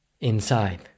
inside